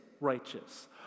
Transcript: righteous